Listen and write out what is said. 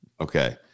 Okay